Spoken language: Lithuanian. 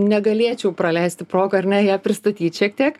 negalėčiau praleisti progą ar ne ją pristatyt šiek tiek